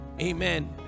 amen